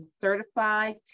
certified